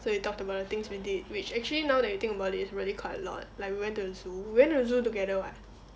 so we talked about the things we did which actually now that you think about it really quite a lot like we went to the zoo we went to the zoo together [what]